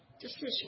decision